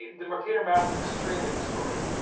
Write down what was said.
the mercator map is extremely distorted,